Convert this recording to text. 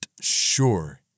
sure